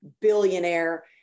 billionaire